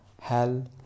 Hell